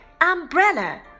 umbrella